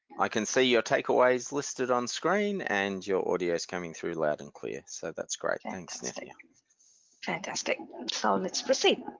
i can see your takeaways listed on screen, and your audio is coming through loud and clear so that's great thanks. fantastic so let's proceed.